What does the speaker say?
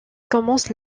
commence